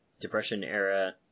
Depression-era